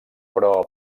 però